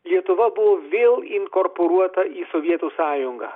lietuva buvo vėl inkorporuota į sovietų sąjungą